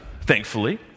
thankfully